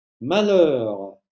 malheur